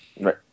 Right